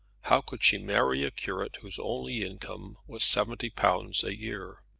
how could she marry a curate whose only income was seventy pounds a year?